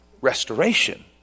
Restoration